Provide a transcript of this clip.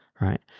Right